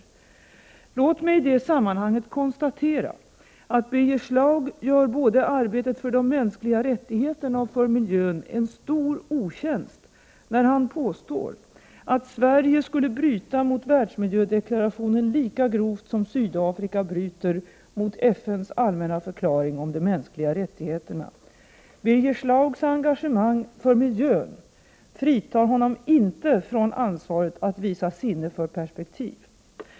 EEE SA Aa Ra VE Låg mig i det sammanhanget konstatera att Birger Schlaug gör arbetet för både de mänskliga rättigheterna och miljön en stor otjänst när han påstår att Sverige skulle bryta mot världsmiljödeklarationen lika grovt som Sydafrika bryter mot FN:s allmänna förklaring om de mänskliga rättigheterna. Birger Schlaugs engagemang för miljön fritar honom inte från ansvaret att visa sinne för perspektiv.